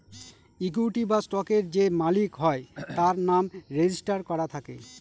equity বা স্টকের যে মালিক হয় তার নাম রেজিস্টার করা থাকে